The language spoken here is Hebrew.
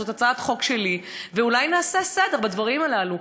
זו הצעת חוק שלי, אולי נעשה סדר בדברים הללו.